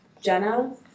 Jenna